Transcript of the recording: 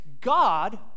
God